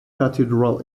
cathedral